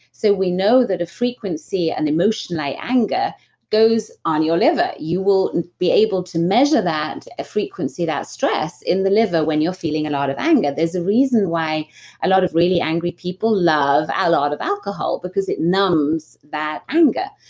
so, we know that a frequency and emotion like anger goes on your liver. you will be able to measure that a frequency, that stress in the liver when you're feeling a lot of anger. there's a reason why a lot of really angry people love a lot of alcohol because it numbs that anger.